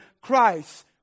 Christ